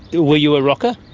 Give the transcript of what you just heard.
were you a rocker?